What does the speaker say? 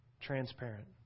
transparent